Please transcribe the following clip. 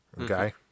Okay